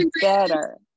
better